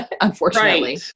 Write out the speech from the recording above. unfortunately